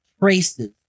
traces